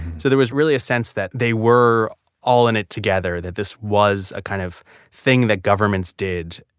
so there was really a sense that they were all in it together, that this was a kind of thing that governments did.